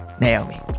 Naomi